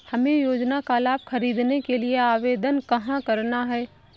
हमें योजना का लाभ ख़रीदने के लिए आवेदन कहाँ करना है?